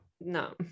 No